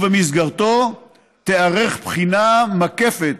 ובמסגרתה תיערך בחינה מקפת